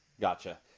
Gotcha